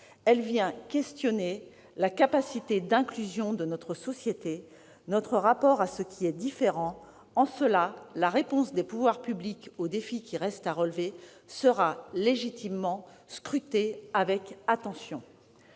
Elle vient questionner la capacité d'inclusion de notre société, notre rapport à ce qui est différent. En cela, la réponse des pouvoirs publics aux défis qui restent à relever sera légitimement scrutée avec attention.